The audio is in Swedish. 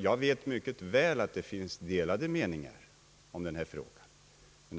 Jag vet mycket väl att det finns delade meningar om här förevarande spörsmål.